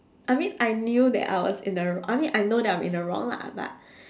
I mean I knew that I was in a wr~ I mean I know that I am in the wrong lah but